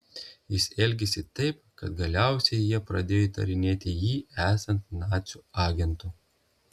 jis elgėsi taip kad galiausiai jie pradėjo įtarinėti jį esant nacių agentu